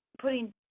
putting